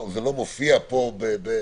הגורמים המאשרים כמו שנאמר, בתחום זה.